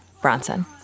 Bronson